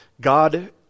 God